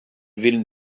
willen